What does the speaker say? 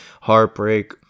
heartbreak